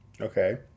Okay